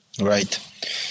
right